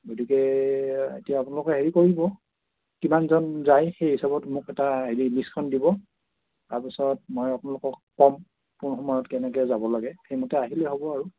গতিকে এতিয়া আপোনালোকে হেৰি কৰিব কিমানজন যায় সেই হিচাপত মোক এটা হেৰি লিষ্টখন দিব তাৰপিছত মই আপোনালোকক ক'ম কোন সময়ত কেনেকৈ যাব লাগে সেইমতে আহিলে হ'ব আৰু